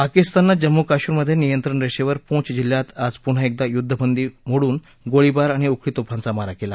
पाकिस्तानातं जम्मू कश्मिरमधे नियंत्रण रेषेवर पूंछ जिल्यात आज पुन्हा एकदा युद्धबंदी मोडून गोळीबार आणि उखळी तोफांचा मारा केला